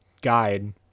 guide